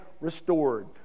restored